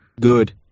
good